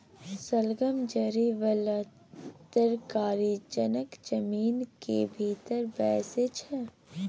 शलगम जरि बला तरकारी जकाँ जमीन केर भीतर बैसै छै